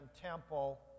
temple